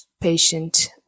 patient